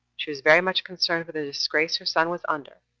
she was very much concerned for the disgrace her son was under,